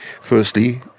firstly